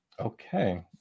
okay